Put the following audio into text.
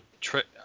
trick